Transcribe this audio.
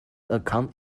account